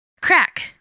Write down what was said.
Crack